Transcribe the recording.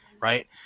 right